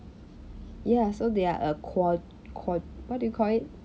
ya so they are a qua~ qua~ what do you call it